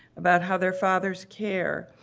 about how their fathers care,